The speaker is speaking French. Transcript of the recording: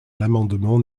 l’amendement